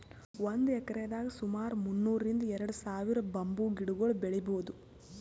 ಒಂದ್ ಎಕ್ರೆದಾಗ್ ಸುಮಾರ್ ಮುನ್ನೂರ್ರಿಂದ್ ಎರಡ ಸಾವಿರ್ ಬಂಬೂ ಗಿಡಗೊಳ್ ಬೆಳೀಭೌದು